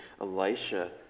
Elisha